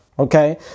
Okay